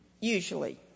usually